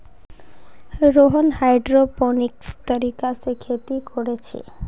Rohan hydroponics तरीका से खेती कोरे छे